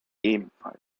ebenfalls